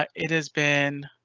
ah it has been